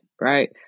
right